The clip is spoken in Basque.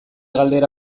galdera